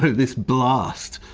this blast.